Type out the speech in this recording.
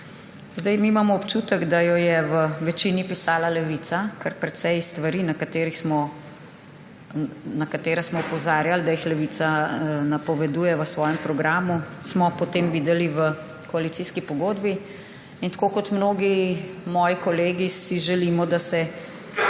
Mi imamo občutek, da jo je v večini pisala Levica, kar precej stvari, na katere smo opozarjali, da jih Levica napoveduje v svojem programu, smo potem videli v koalicijski pogodbi. Tako kot mnogi moji kolegi si želimo, da se